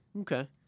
Okay